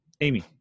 amy